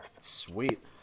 sweet